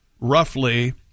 roughly